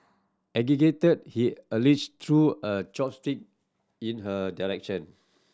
agitated he allege threw a chopstick in her direction